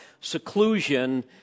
seclusion